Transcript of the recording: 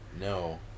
No